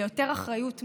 ליותר אחריות מזה.